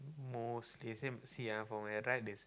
most they seem to see ah from the right is